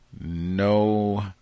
No